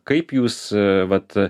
kaip jūs vat